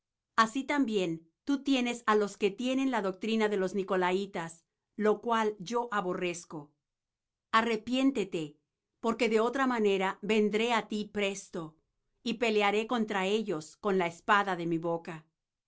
así también tú tienes á los que tienen la doctrina de los nicolaítas lo cual yo aborrezco arrepiéntete porque de otra manera vendré á ti presto y pelearé contra ellos con la espada de mi boca